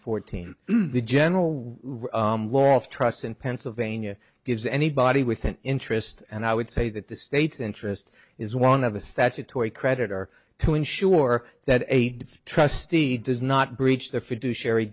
fourteen the general law of trust in pennsylvania gives anybody with an interest and i would say that the state's interest is one of the statutory creditor to ensure that aid trustee does not breach their fi